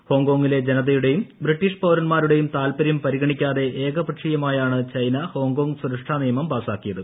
ഹോങ്കോങ്ങിലെ ജനതയുടെയും ബ്രിട്ടീഷ് പ്ൌരന്മാരുടെയും താൽപ്പര്യം പരിഗണിക്കാതെ ഏകപക്ഷ്ട്രീയ്മായാണ് ചൈന ഹോങ്കോങ്ങ് സുരക്ഷാനിയമം പ്രാസ്സാക്കിയത്